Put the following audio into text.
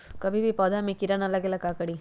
कभी भी पौधा में कीरा न लगे ये ला का करी?